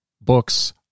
books